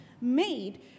made